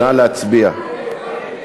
נא להצביע.